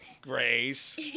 Grace